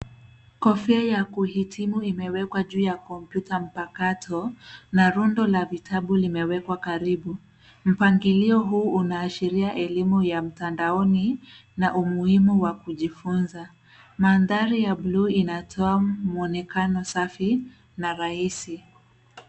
Kofia ya kuhitimu imewekwa juu ya kompyuta mpakato, na rundo la vitabu limewekwa karibu. Mpangilio huu unaashiria elimu ya mtandaoni na umuhimu wa kujifunza. Mandhari ya buluu inatoa mwonekano safi na rahisi.